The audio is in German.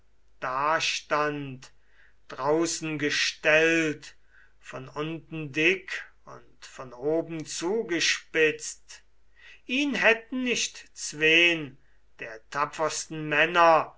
dastand draußen gestellt von unten dick und von oben zugespitzt ihn hätten nicht zween der tapfersten männer